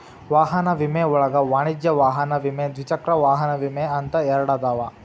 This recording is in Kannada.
ವಾಹನ ವಿಮೆ ಒಳಗ ವಾಣಿಜ್ಯ ವಾಹನ ವಿಮೆ ದ್ವಿಚಕ್ರ ವಾಹನ ವಿಮೆ ಅಂತ ಎರಡದಾವ